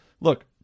look